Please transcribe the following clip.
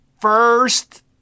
first